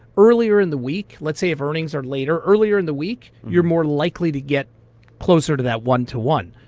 earlier in the week, let's say if earnings are later, earlier in the week, you're more likely to get closer to that one to one.